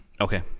Okay